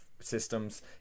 Systems